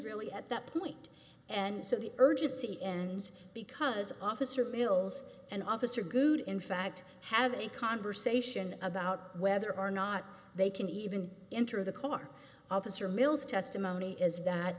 really at that point and so the urgency ends because officer mills and officer good in fact have a conversation about whether or not they can even enter the car officer mill's testimony is that